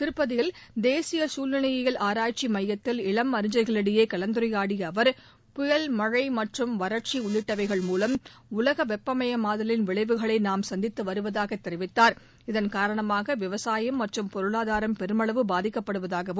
திருப்பதியில் தேசிய சூழ்நிலையியல் கலந்துரையாடிய அவர் புயல் மழை மற்றும் வறட்சி உள்ளிட்டவைகள் மூலம் உலக வெப்பம்பமாதலின் விளைவுகளை நாம் சந்தித்து வருவதாக தெரிவித்தார் இதன் காரணமாக விவசாயம் மற்றும் பொருளாதாரம் பெருமளவு பாதிக்கப்படுவதாகவும்